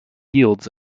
fields